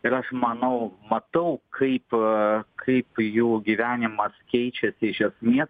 ir aš manau matau kaip a kaip jų gyvenimas keičiasi iš esmės